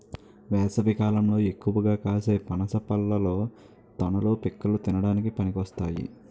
వేసవికాలంలో ఎక్కువగా కాసే పనస పళ్ళలో తొనలు, పిక్కలు తినడానికి పనికొస్తాయి